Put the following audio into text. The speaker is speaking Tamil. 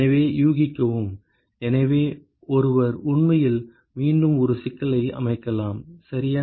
எனவே யூகிக்கவும் எனவே ஒருவர் உண்மையில் மீண்டும் ஒரு சிக்கலை அமைக்கலாம் சரியா